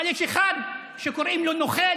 אבל יש אחד שקוראים לו נוכל.